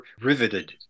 riveted